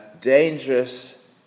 dangerous